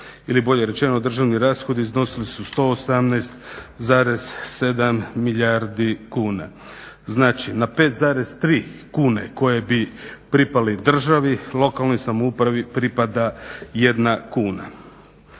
ili bolje rečeno državni rashodi iznosili su 118,7 milijardi kuna. Znači, na 5,3 kune koje bi pripali državi, lokalnoj samoupravi pripada 1 kuna.